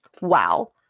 Wow